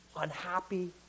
unhappy